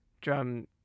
drum